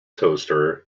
toaster